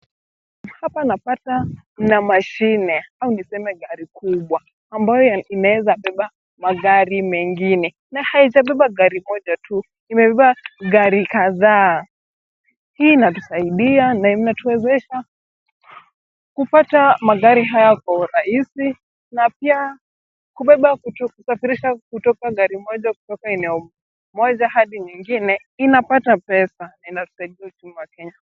Hapa napata kuna mashine au niseme gari kubwa ambayo inaweza beba magari mengine na haijabeba gari moja tu. Inabeba magari kadhaa. Hii inatusaidia na inatuwezesha kupata magari haya kwa urahisi na pia kubeba vitu, kusafirisha vitu kutoka eneo moja hadi ingine. Inapata pesa na inatusaidia uchumi wa Kenya.